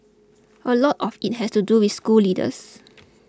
a lot of it has to do with school leaders